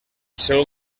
seu